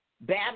bad